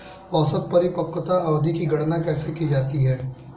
औसत परिपक्वता अवधि की गणना कैसे की जाती है?